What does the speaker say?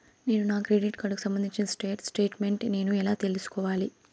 నేను నా క్రెడిట్ కార్డుకు సంబంధించిన స్టేట్ స్టేట్మెంట్ నేను ఎలా తీసుకోవాలి?